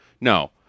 No